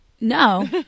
no